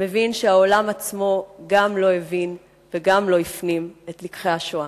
מבין שהעולם עצמו גם לא הבין וגם לא הפנים את לקחי השואה.